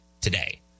today